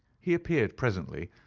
he appeared presently,